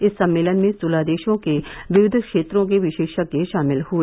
इस सम्मेलन में सोलह देशों के विविध क्षेत्रों के विशेषज्ञ शामिल हुए